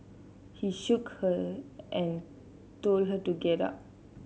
he shook her and told her to get up